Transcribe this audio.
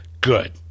Good